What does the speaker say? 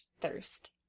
thirst